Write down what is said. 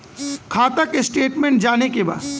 खाता के स्टेटमेंट जाने के बा?